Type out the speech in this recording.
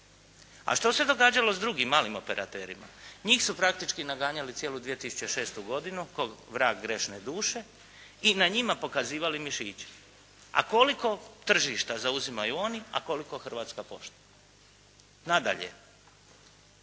A što se događalo s drugim, malim operaterima? Njih su praktički naganjali cijelu 2006. godinu ko' vrag grešne duše i na njima pokazivali mišiće. A koliko tržišta zauzimaju oni, a koliko Hrvatska pošta. Nadalje,